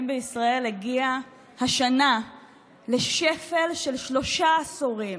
בישראל הגיע השנה לשפל של שלושה עשורים.